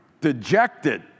dejected